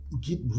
get